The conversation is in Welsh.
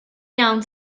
iawn